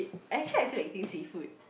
actually I feel like eating seafood